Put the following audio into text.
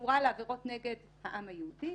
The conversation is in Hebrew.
שקשורה בעבירות נגד העם היהודי.